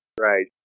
Right